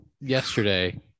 yesterday